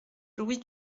louis